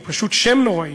הוא פשוט שם נוראי.